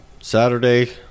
Saturday